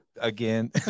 again